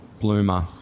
bloomer